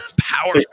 Power